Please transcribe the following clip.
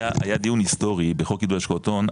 היה דיון היסטורי בחוק עידוד השקעות הון,